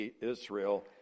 Israel